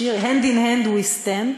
שיר hand in hand we stand,